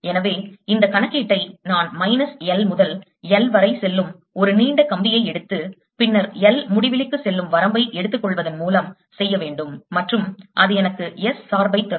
எனவே இந்த கணக்கீட்டை நான் மைனஸ் L முதல் L வரை செல்லும் ஒரு நீண்ட கம்பியை எடுத்து பின்னர் L முடிவிலிக்கு செல்லும் வரம்பை எடுத்துக்கொள்வதன் மூலம் செய்ய வேண்டும் மற்றும் அது எனக்கு S சார்பை தரும்